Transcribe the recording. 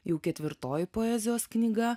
jau ketvirtoji poezijos knyga